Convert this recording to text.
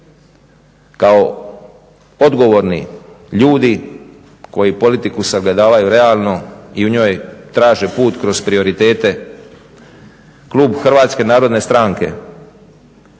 kao odgovorni ljudi koji politiku sagledavaju realno i u njoj traže put kroz prioritete klub HNS-a uz želju da se